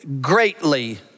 greatly